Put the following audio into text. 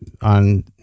on